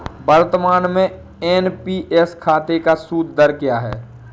वर्तमान में एन.पी.एस खाते का सूद दर क्या है?